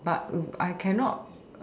but I cannot